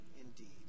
indeed